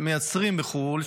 מייצרים בחו"ל,